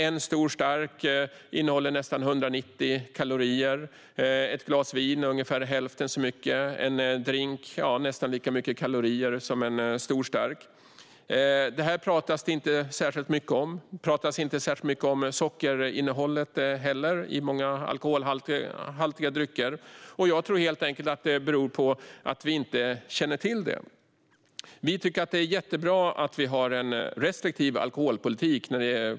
En stor stark innehåller nästan 190 kalorier. Ett glas vin innehåller ungefär hälften så mycket. En drink innehåller nästan lika mycket kalorier som en stor stark. Detta talas det inte särskilt mycket om. Det talas inte heller särskilt mycket om sockerinnehållet i alkoholhaltiga drycker. Jag tror att det helt enkelt beror på att vi inte känner till det. Vi tycker att det är jättebra att vi har en restriktiv alkoholpolitik.